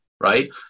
right